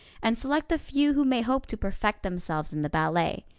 and select the few who may hope to perfect themselves in the ballet.